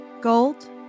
Gold